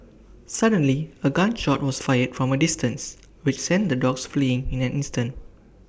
suddenly A gun shot was fired from A distance which sent the dogs fleeing in an instant